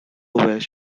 west